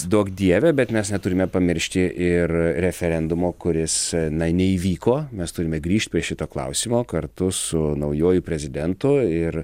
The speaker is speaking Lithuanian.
duok dieve bet mes neturime pamiršti ir referendumo kuris na neįvyko mes turime grįžt prie šito klausimo kartu su naujuoju prezidentu ir